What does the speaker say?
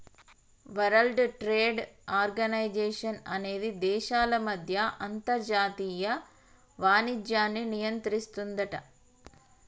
world trade organization అనేది దేశాల మధ్య అంతర్జాతీయ వాణిజ్యాన్ని నియంత్రిస్తుందట